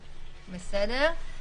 בסדר.